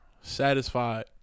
satisfied